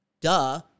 duh